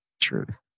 truth